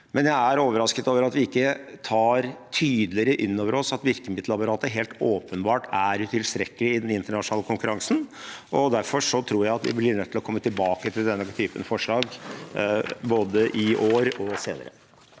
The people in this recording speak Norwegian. men jeg er overrasket over at vi ikke tar tydeligere inn over oss at virkemiddelapparatet helt åpenbart er utilstrekkelig i den internasjonale konkurransen. Derfor tror jeg at vi blir nødt til å komme tilbake til denne typen forslag, både i år og senere.